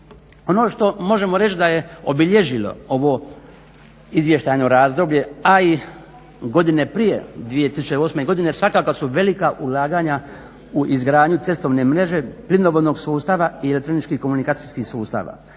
Ono što možemo reć da je obilježilo ovo izvještajno razdoblje a i godine prije 2008. godine svakako su velika ulaganja u izgradnju cestovne mreže, plinovodnog sustava i elektronički komunikacijskih sustava.